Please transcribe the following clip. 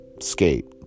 skate